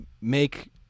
make